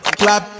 clap